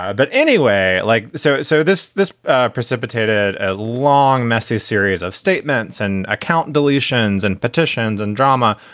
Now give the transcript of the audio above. ah but anyway, like so so this this precipitated a long, messy series of statements and account deletions and petitions and drama.